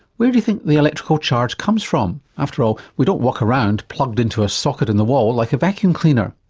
where do you think the electrical charge comes from? after all we don't walk around plugged into a socket in the wall like a vacuum cleaner.